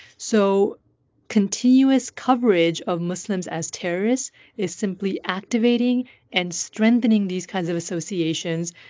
so continuous coverage of muslims as terrorists is simply activating and strengthening these kinds of associations,